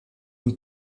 und